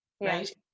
right